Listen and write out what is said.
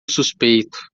suspeito